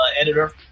editor